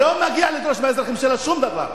לא מגיע לה לדרוש מהאזרחים שלה שום דבר.